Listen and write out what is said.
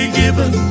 given